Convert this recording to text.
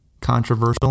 controversial